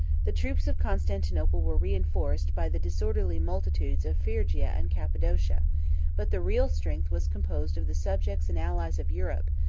the troops of constantinople were reenforced by the disorderly multitudes of phrygia and cappadocia but the real strength was composed of the subjects and allies of europe,